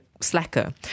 slacker